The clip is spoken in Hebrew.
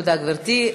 תודה, גברתי.